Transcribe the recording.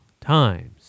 times